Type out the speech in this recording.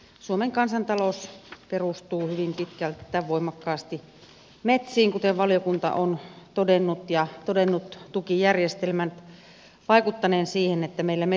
suomen kansantalous perustuu hyvin pitkälti tai voimakkaasti metsiin kuten valiokunta on todennut ja todennut tukijärjestelmän vaikuttaneen siihen että meillä metsät kasvavat